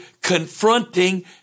confronting